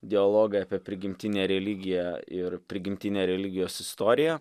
dialogai apie prigimtinę religiją ir prigimtinę religijos istoriją